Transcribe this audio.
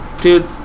dude